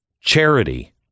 Charity